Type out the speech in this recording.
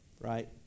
right